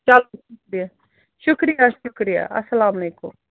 چلو شُکریہ شُکریہ السلامُ علیکُم